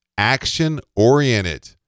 Action-oriented